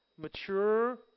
Mature